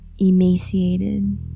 emaciated